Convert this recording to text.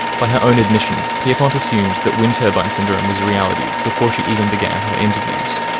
by her own admission, pierpont assumed that wind turbine syndrome was a reality before she even began her interviews.